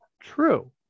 true